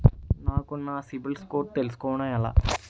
నాకు నా CIBIL score తెలుసుకోవడం ఎలా?